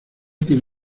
tiene